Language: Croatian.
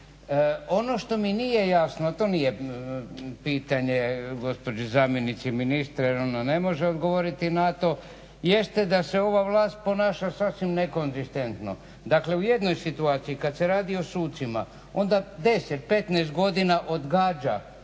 Ono što mi nije jasno, a to nije pitanje gospođe zamjenice ministra, jer ona ne može odgovoriti na to, jeste da se ova vlast ponaša sasvim nekonzistentno. Dakle u jednoj situaciji kad se radi o sucima onda 10, 15 godina odgađa